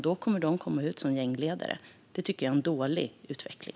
Då kommer de att komma ut som gängledare, och det tycker jag är en dålig utveckling.